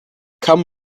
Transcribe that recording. come